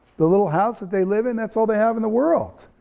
the little house that they live in, that's all they have in the world,